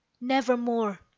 nevermore